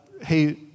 Hey